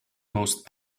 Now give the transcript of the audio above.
most